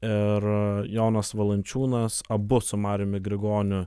ir jonas valančiūnas abu su mariumi grigoniu